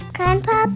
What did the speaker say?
Grandpa